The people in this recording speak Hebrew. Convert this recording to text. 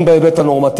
הן בהיבט הנורמטיבי,